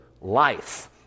life